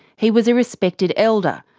he was a respected elder,